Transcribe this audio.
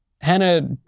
Hannah